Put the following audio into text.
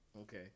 Okay